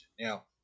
Now